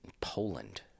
Poland